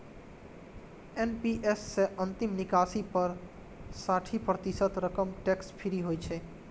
NPS सं अंतिम निकासी पर साठि प्रतिशत रकम टैक्स फ्री होइ छै